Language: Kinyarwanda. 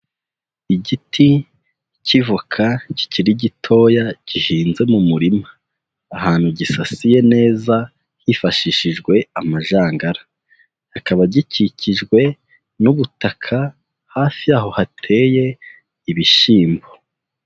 Igiti cy'ivoka kikiri gitoya gihinze mu murima, ahantu gisasiye neza hifashishijwe amajangara, kikaba gikikijwe n'ubutaka hafi y'aho hateye ibishyimbo.